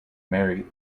mary